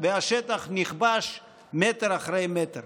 והשטח נכבש מטר אחרי מטר.